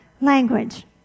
language